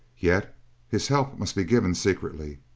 yet his help must be given secretly.